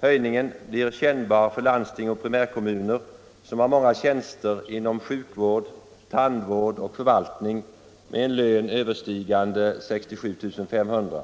Höjningen blir kännbar för landsting och primärkommuner, som har många tjänster inom sjukvård, tandvård och förvaltning med en lön överstigande 67 500 kr.